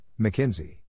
McKinsey